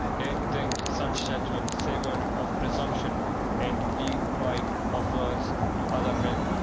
they'd think such judgment savoured of presumption and, leaving pride of words to other men,